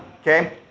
okay